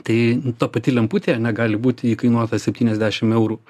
tai ta pati lemputė ane gali būti įkainuota septyniasdešim eurų